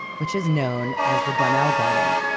which is known as the donnell garden.